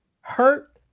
hurt